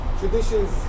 traditions